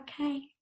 okay